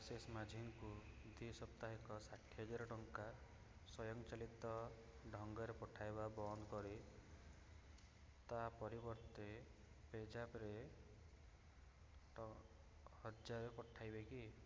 ଦେବାଶିଷ ମାଝୀଙ୍କୁ ଦ୍ୱିସାପ୍ତାହିକ ଷାଠିଏ ହଜାର ଟଙ୍କା ସ୍ୱୟଂଚାଳିତ ଢଙ୍ଗରେ ପଠାଇବା ବନ୍ଦ କରି ତା'ପରିବର୍ତ୍ତେ ପେଜାପ୍ରେ ହଜାର ପଠାଇବେ କି